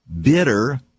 bitter